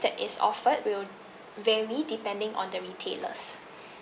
that is offered will vary depending on the retailers